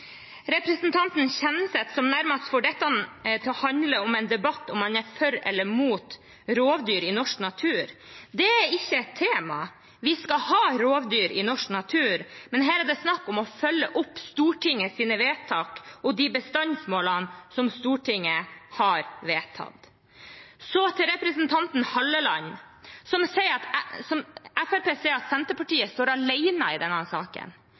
representanten Kjenseth, som nærmest får dette til å handle om en debatt om hvorvidt man er for eller imot rovdyr i norsk natur: Det er ikke et tema. Vi skal ha rovdyr i norsk natur. Men her er det snakk om å følge opp Stortingets vedtak og de bestandsmålene Stortinget har vedtatt. Så til representanten Halleland. Fremskrittspartiet sier at